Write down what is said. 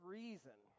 reason